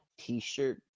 t-shirt